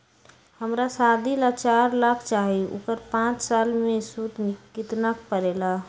हमरा शादी ला चार लाख चाहि उकर पाँच साल मे सूद कितना परेला?